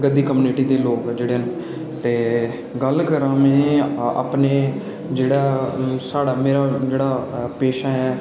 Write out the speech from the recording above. गद्दी community दे लोक जेह्ड़े न ते गल्ल करां में अपने जेह्ड़ा साढ़ा मेरे जेह्ड़ा पेशा ऐ